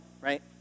right